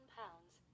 pounds